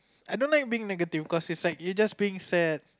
I don't like being like a you're just being sad